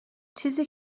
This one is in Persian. چیزی